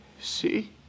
See